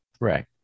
Right